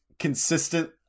consistent